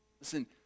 Listen